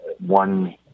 one